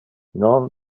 non